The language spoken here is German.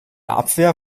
abwehr